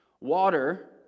Water